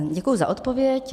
Děkuji za odpověď.